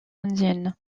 indienne